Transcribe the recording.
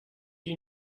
you